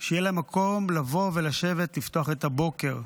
שיהיה להם מקום לבוא ולשבת, לפתוח את הבוקר,